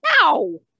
No